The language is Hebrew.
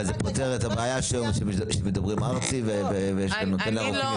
אבל זה פותר את הבעיה שמדברים ארצ"י ושנותן לרופאים יותר?